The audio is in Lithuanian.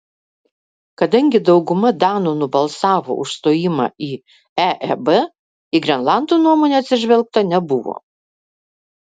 kadangi dauguma danų nubalsavo už stojimą į eeb į grenlandų nuomonę atsižvelgta nebuvo